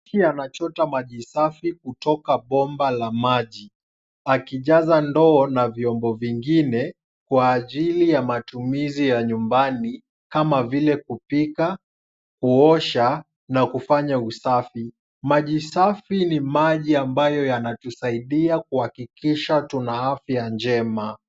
Huyu anachota maji safi kutoka bomba la maji akijaza ndoo na vyombo vingine kwa ajili ya matumizi ya nyumbani kama vile kupika, kuosha, na kufanya usafi. Maji safi ni maji ambayo yanatusaidia kuhakikisha tuna uhai na afya njema.